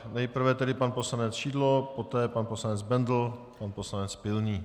Nejprve pan poslanec Šidlo, poté pan poslanec Bendl, pan poslanec Pilný.